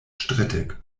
strittig